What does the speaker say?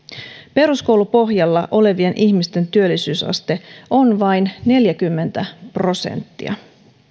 peruskoulupohjalla olevien ihmisten työllisyysaste on vain neljäkymmentä prosenttia